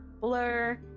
blur